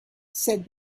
said